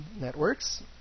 networks